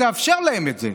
תאפשר להם את זה.